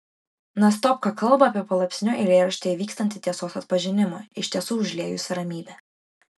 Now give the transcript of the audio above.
nastopka kalba apie palaipsniui eilėraštyje vykstantį tiesos atpažinimą iš tiesų užliejusią ramybę